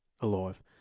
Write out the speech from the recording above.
alive